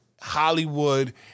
Hollywood